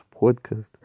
podcast